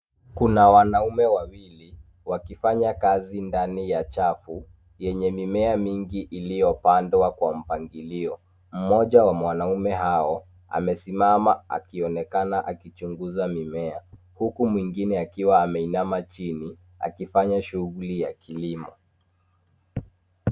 Kuna wanaume wawili wakifanya kazi ndani ya chafu yenye mimea mingi iliyopandwa kwa mpangilio. Moja wa wanaume hao amesimama akionekana akichunguza mimea huku mwingine akiwa ameinama chini akifanya shuguli ya kilimo.